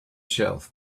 shelf